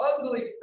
ugly